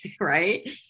right